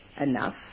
enough